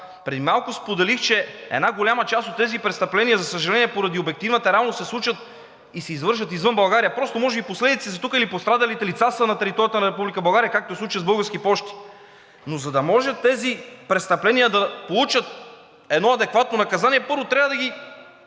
Преди малко споделих, че една голяма част от тези престъпления, за съжаление, поради обективната реалност се случват и се извършват извън България, просто може би последиците са тук или пострадалите лица са на територията на Република България, както е в случая с Български пощи. Но за да може тези престъпления да получат едно адекватно наказание, първо трябва да ги